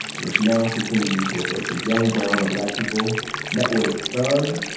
and it's now frequently used to refer to young brown or black people. and that word is thug.